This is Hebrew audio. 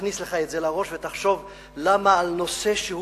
תכניס לך את זה לראש ותחשוב למה על נושא שהוא